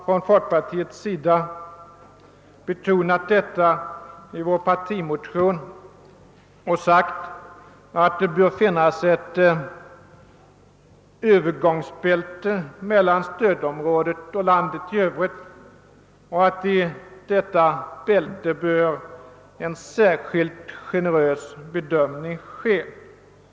Från folkpartiets sida har vi betonat detta i vår partimotion och sagt att det bör finnas ett övergångsbälte mellan stödområdet och landet i övrigt och att i detta bälte en särskilt generös bedömning bör göras.